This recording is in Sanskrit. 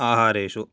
आहारेषु